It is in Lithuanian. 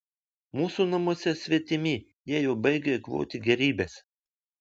mūsų namuose svetimi jie jau baigia eikvoti gėrybes